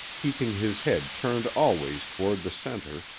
keeping his head turned always toward the centre,